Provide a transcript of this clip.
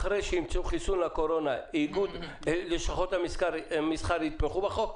אחרי שימצאו חיסון לקורונה איגוד לשכות המסחר יתמוך בחוק?